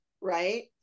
right